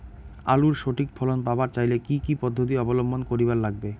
আলুর সঠিক ফলন পাবার চাইলে কি কি পদ্ধতি অবলম্বন করিবার লাগবে?